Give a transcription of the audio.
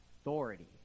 authority